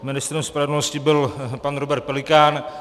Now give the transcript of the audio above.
Ministrem spravedlnosti byl pan Robert Pelikán.